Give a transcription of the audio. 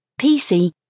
PC